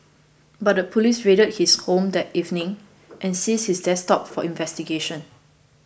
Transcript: but the police raided his home that evening and seized his desktop for investigation